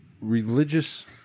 religious